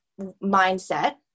mindset